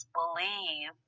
believe